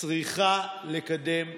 צריכה לקדם דיונים.